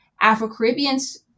Afro-Caribbeans